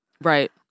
Right